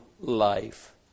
life